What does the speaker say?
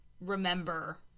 remember